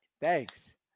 thanks